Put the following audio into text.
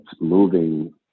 moving